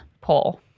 poll